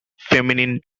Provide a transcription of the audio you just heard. feminine